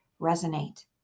resonate